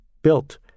built